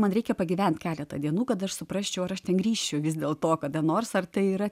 man reikia pagyvent keletą dienų kad aš suprasčiau ar aš ten grįšiu vis dėlto kada nors ar tai yra